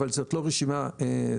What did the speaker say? אבל זאת לא רשימה סופית.